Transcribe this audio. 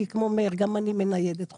כי כמו מאיר גם אני מניידת חופשי.